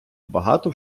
багато